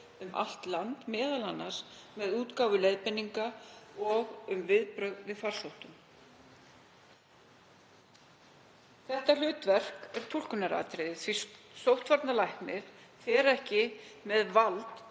um allt land, m.a. með útgáfu leiðbeininga um viðbrögð við farsóttum. Þetta hlutverk er túlkunaratriði því að sóttvarnalæknir fer ekki með vald